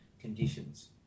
conditions